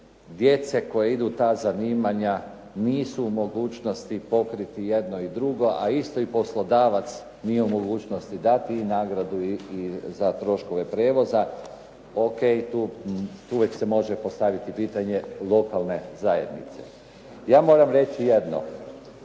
djece koji idu u ta zanimanja nisu u mogućnosti pokriti jedno i drugo, a isto i poslodavac nije u mogućnosti dati i nagradu za troškove prijevoza. O.k. Uvijek se može postaviti pitanje lokalne zajednice. Ja moram reći jedno.